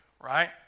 right